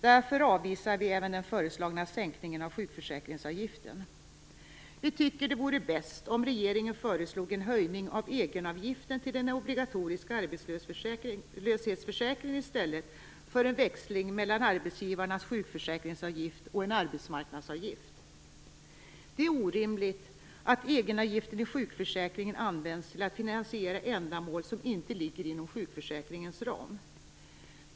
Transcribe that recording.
Därför avvisar vi även den föreslagna sänkningen av sjukförsäkringsavgiften. Vi tycker att det vore bäst om regeringen föreslog en höjning av egenavgiften till en obligatorisk arbetslöshetsförsäkring i stället för en växling mellan arbetsgivarnas sjukförsäkringsavgift och en arbetsmarknadsavgift. Det är orimligt att egenavgiften i sjukförsäkringen används till att finansiera ändamål som inte ligger inom sjukförsäkringens ram.